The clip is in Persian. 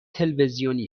تلویزیونی